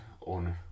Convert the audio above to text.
on